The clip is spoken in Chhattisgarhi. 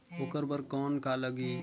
ओकर बर कौन का लगी?